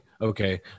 okay